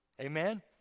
amen